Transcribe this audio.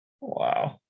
Wow